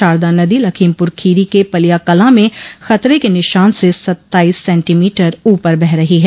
शारदा नदी लखीमपुर खीरी के पलिया कला में खतरे के निशान स सत्ताइस सेंटीमीटर ऊपर बह रही है